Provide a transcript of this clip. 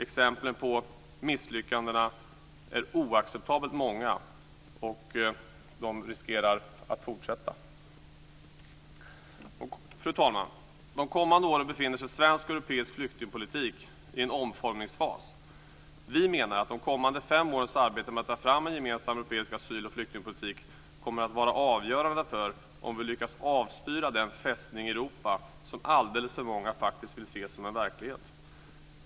Exemplen på misslyckanden är oacceptabelt många, och de riskerar att bli fler. Fru talman! De kommande åren befinner sig svensk och europeisk flyktingpolitik i en omformningsfas. Vi menar att de kommande fem årens arbete med att ta fram en gemensam europeisk asyl och flyktingpolitik kommer att vara avgörande för om vi ska lyckas avstyra den "Fästning Europa" som alldeles för många faktiskt vill se som en verklighet.